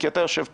כי אתה יושב פה,